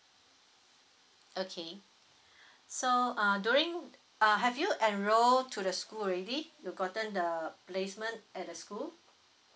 okay so uh during uh have you enrol to the school already you gotten the placement at the school